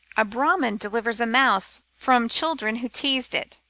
a brahmin delivers a mouse from children who teased it,